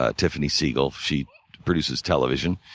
ah tiffany seigel, she produces television.